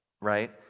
right